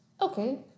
Okay